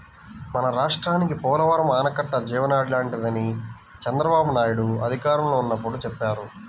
మన రాష్ట్రానికి పోలవరం ఆనకట్ట జీవనాడి లాంటిదని చంద్రబాబునాయుడు అధికారంలో ఉన్నప్పుడు చెప్పేవారు